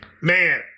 man